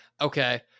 okay